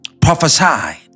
prophesied